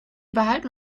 behalten